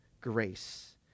grace